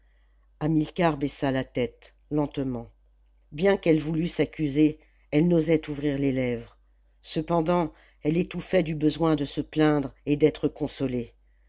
hamilcar baissa la tête lentement bien qu'elle voulût s'accuser elle n'osait ouvrir les lèvres cependant elle étouffait du besoin de se plaindre et d'être consolée